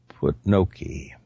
Putnoki